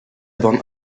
borne